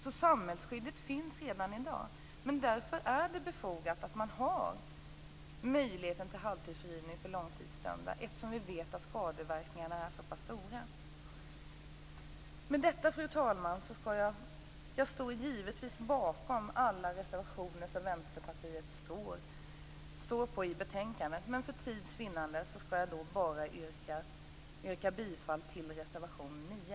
Samhällsskyddet finns alltså redan i dag. Därför är det befogat att man har möjlighet till halvtidsfrigivning. Vi vet ju att skadeverkningarna är stora. Jag står givetvis bakom alla Vänsterpartiets reservationer. Men för tids vinnande skall jag bara yrka bifall till reservation 9.